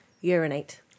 urinate